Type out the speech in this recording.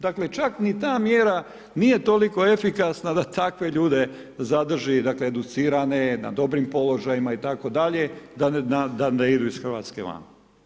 Dakle, čak ni ta mjera nije toliko efikasna da takve ljude zadrži, dakle, educirane, na dobrim položajima itd. da ne idu iz RH van.